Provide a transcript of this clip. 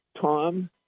Tom